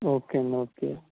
okay అండి okay